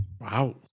Wow